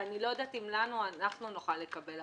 אני לא יודעת אם אנחנו נוכל לקבל,